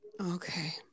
Okay